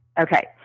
Okay